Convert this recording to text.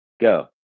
Go